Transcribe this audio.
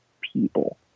people